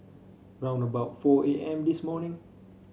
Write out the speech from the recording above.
round about four A M this morning